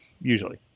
usually